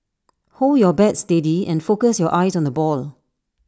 hold your bat steady and focus your eyes on the ball